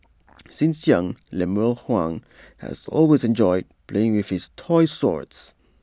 since young Lemuel Huang has always enjoyed playing with toy swords